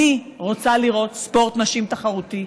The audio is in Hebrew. אני רוצה לראות ספורט נשים תחרותי,